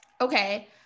okay